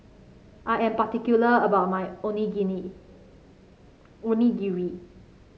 I am particular about my Onigiri